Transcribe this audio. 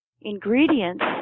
ingredients